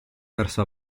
verso